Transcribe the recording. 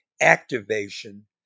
activation